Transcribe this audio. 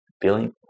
feeling